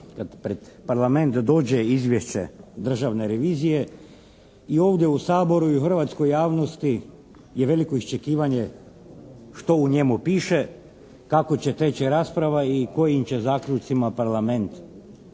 pred Parlament dođe izvješće Državne revizije i ovdje u Saboru i u hrvatskoj javnosti je veliko iščekivanje što u njemu piše, kako će teći rasprava i kojim će zaključcima Parlament